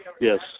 Yes